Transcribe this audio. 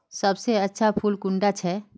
सबसे अच्छा फुल कुंडा छै?